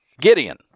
Gideon